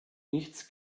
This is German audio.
nichts